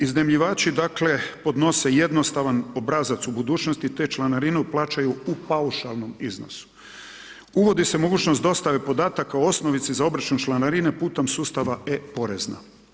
Iznajmljivači dakle podnose jednostavan obrazac u budućnosti te članarinu plaćaju u paušalnom iznosu, uvodi se mogućnost dostave podataka u osnovici za obračun članarine putem sustava e-porezna.